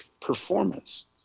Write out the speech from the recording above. performance